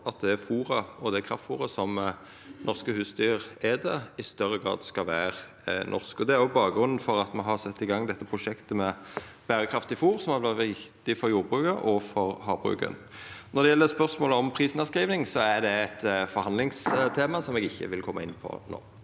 at det fôret, det kraftfôret, som norske husdyr et, i større grad skal vera norsk. Det er òg bakgrunnen for at me har sett i gang dette prosjektet med berekraftig fôr, som er viktig for jordbruket og for havbruket. Når det gjeld spørsmålet om prisnedskriving, er det eit forhandlingstema, som eg ikkje vil koma inn på no.